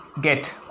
get